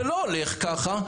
זה לא הולך ככה.